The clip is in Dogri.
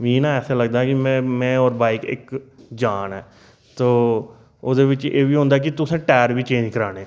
मिगी ना ऐसा लगदा कि मैं मैं होर बाइक इक जान ऐ ते ओह्दे बेच्च एह् बी होंदा कि तुसें टैर बी चेंज कराने